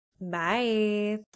Bye